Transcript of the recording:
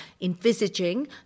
envisaging